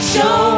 Show